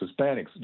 Hispanics